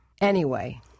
Anyway